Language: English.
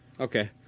Okay